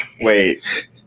wait